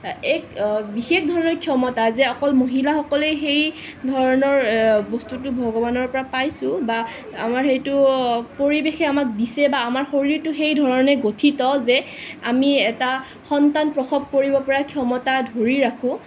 এক বিশেষ ধৰণৰ ক্ষমতা যে অকল মহিলাসকলেই সেই ধৰণৰ বস্তুটো ভগৱানৰ পৰা পাইছোঁ বা আমাৰ সেইটো পৰিৱেশে আমাক দিছে বা আমাৰ শৰীৰটো সেই ধৰণে গঠিত যে আমি এটা সন্তান প্ৰসৱ কৰিব পৰা ক্ষমতা ধৰি ৰাখোঁ